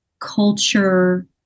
culture